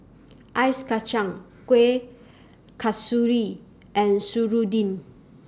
Ice Kachang Kuih Kasturi and Serunding